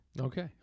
okay